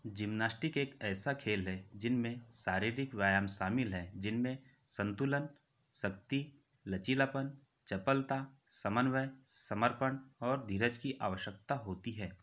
gymnastic एक ऐसा खेल है जिसमें शारीरिक व्यायाम शामिल हैं जिनमें संतुलन शक्ति लचीलापन चपलता समन्वय समर्पण और धीरज की आवश्यकता होती है